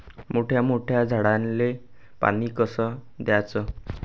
मोठ्या मोठ्या झाडांले पानी कस द्याचं?